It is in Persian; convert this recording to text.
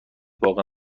باقی